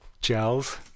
gels